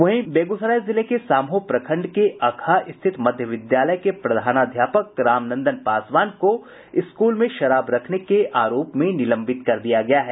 वहीं बेगूसराय जिले के साम्हो प्रखंड के अकहा स्थित मध्य विद्यालय के प्रधानाध्यपाक राम नंदन पासवान को स्कूल में शराब रखने के आरोप में निलंबित कर दिया गया है